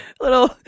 little